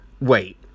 Wait